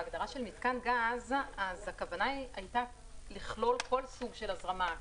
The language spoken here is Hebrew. בהגדרה של מתקן גז הכוונה הייתה לכלול כל סוג של הזרמה.